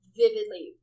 vividly